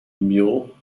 mule